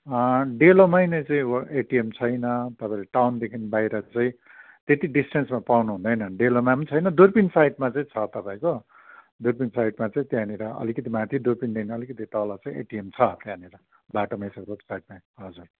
डेलोमै नै चाहिँ एटिएम छैन तपाईँले टाउनदेखि बाहिर चाहिँ त्यति डिस्ट्यान्समा पाउनु हुँदैन डेलोमा पनि छैन दुर्पिन साइडमा चाहिँ छ तपाईँको दुर्पिन साइडमा चाहिँ त्यहाँनिर अलिकति माथि दुर्पिनदेखि अलिकति तल चाहिँ एटिएम छ त्यहाँनिर बाटोमा यसो रोड साइडमै हजुर